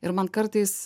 ir man kartais